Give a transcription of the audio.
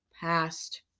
past